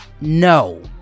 No